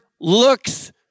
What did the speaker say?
looks